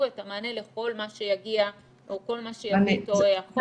את המענה לכל מה שיגיע או כל מה שיביא איתו החורף.